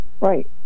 Right